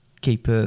keep